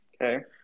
Okay